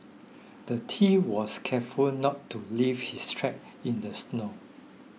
the thief was careful to not leave his track in the snow